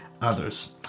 others